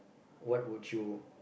what would you